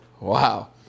Wow